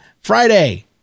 Friday